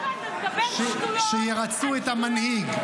מדבר שטויות ----- שירצו את המנהיג.